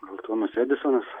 gal tomas edisonas